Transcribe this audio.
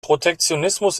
protektionismus